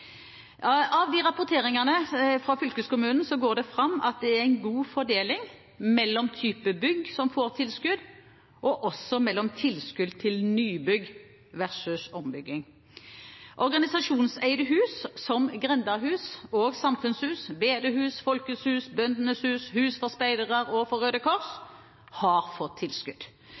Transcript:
går det fram at det er en god fordeling mellom type bygg som får tilskudd, og også mellom tilskudd til nybygg versus ombygging. Organisasjonseide hus som grendehus, samfunnshus, bedehus, Folkets Hus, Bøndenes Hus, hus for speidere og for Røde Kors har fått tilskudd.